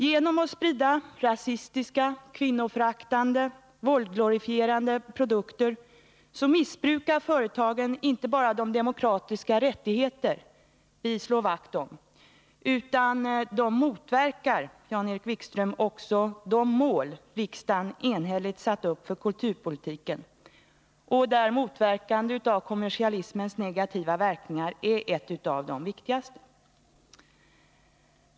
Genom att sprida rasistiska, kvinnoföraktande och våldsglorifierande produkter missbrukar företagen inte bara de demokratiska rättigheter vi slår vakt om, utan de motverkar, Jan-Erik Wikström, också de mål riksdagen enhälligt satt upp för kulturpolitiken, där motverkande av kommersialismens negativa verkningar är ett av de viktigaste målen.